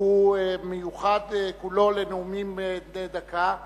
והוא מיוחד כולו לנאומים בני דקה,